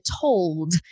told